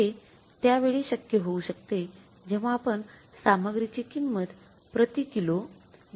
हे त्या वेळी शक्य होऊ शकते जेव्हा आपण सामग्रीची किंमत प्रति किलो २